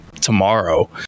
tomorrow